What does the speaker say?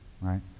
right